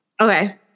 Okay